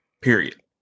Period